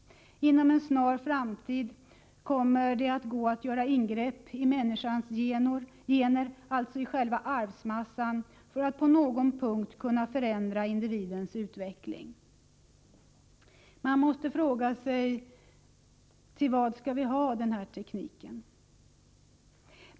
Inom en snar framtid kommer det att gå att göra ingrepp i människans gener, dvs. i själva arvsmassan, för att på någon punkt kunna förändra individens utveckling. Man måste fråga sig: Till vad skall vi ha den här tekniken?